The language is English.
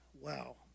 wow